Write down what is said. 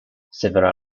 several